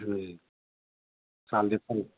ਅੱਛਾ ਜੀ ਸਾਲ ਦੇ ਸਾਰੇ